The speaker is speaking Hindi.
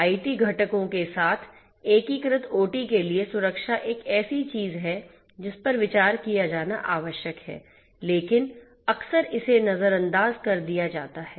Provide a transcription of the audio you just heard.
आईटी घटकों के साथ एकीकृत ओटी के लिए सुरक्षा एक ऐसी चीज है जिस पर विचार किया जाना आवश्यक है लेकिन अक्सर इसे नजरअंदाज कर दिया जाता है